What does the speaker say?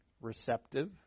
receptive